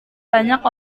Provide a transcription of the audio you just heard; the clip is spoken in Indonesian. banyak